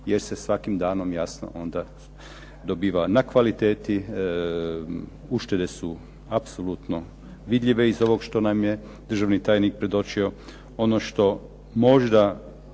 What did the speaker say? jer se svakim danom jasno onda dobiva na kvaliteti, uštede su apsolutno vidljive iz ovog što nam je državni tajnik predočio. Ono što možda